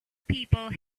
people